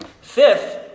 Fifth